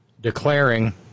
declaring